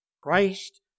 Christ